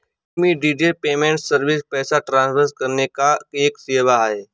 immediate payment service पैसा transfer करने का एक सेवा है